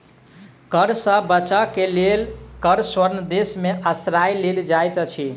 कर सॅ बचअ के लेल कर स्वर्ग देश में आश्रय लेल जाइत अछि